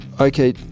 Okay